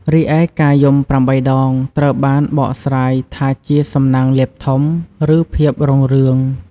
រីឯការយំប្រាំបីដង ត្រូវបានបកស្រាយថាជាសំណាងលាភធំ ឬភាពរុងរឿង។